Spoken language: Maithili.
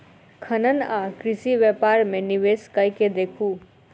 खनन आ कृषि व्यापार मे निवेश कय के देखू